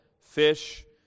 fish